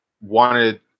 wanted